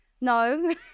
no